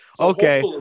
Okay